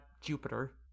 Jupiter